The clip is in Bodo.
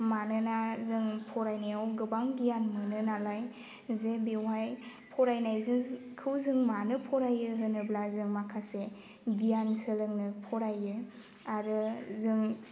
मानोना जों फरायनायाव गोबां गियान मोनो नालाय जे बेवहाय फरायनायखौ जों मानो फरायो होनोब्ला जों माखासे गियान सोलोंनो फरायो आरो जों